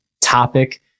topic